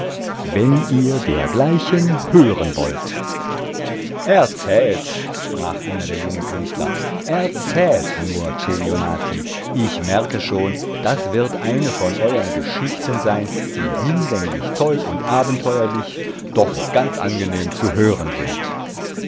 wenn ihr dergleichen hören wollt erzählt sprach einer der jungen künstler erzählt nur celionati ich merke schon das wird eine von euern geschichten sein die hinlänglich toll und abenteuerlich doch ganz angenehm zu hören sind